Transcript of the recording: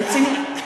רציני.